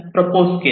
propose केले